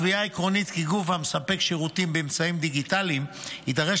קביעה עקרונית כי גוף המספק שירות באמצעים דיגיטליים יידרש